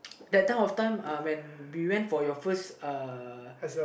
that point of time when we went for your first